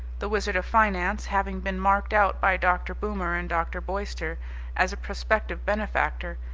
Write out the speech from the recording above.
the wizard of finance, having been marked out by dr. boomer and dr. boyster as a prospective benefactor,